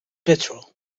patrol